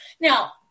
Now